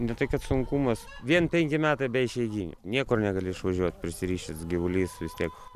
ne tai kad sunkumas vien penki metai be išeiginių niekur negali išvažiuot prisirišęs gyvulys vis tiek